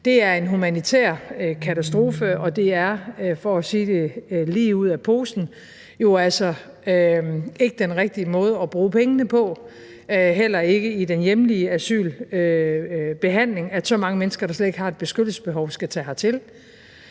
Det er en humanitær katastrofe, og det er – for at sige det lige ud af posen – jo altså ikke den rigtige måde at bruge pengene på, heller ikke i den hjemlige asylbehandling, at så mange mennesker, der slet ikke har et beskyttelsesbehov, skal tage hertil